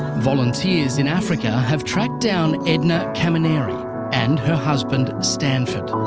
volunteers in africa have tracked down edna kamonere and her husband stanford.